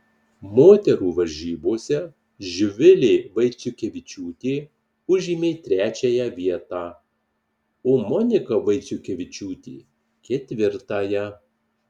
moterų varžybose živilė vaiciukevičiūtė užėmė trečiąją vietą o monika vaiciukevičiūtė ketvirtąją